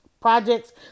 projects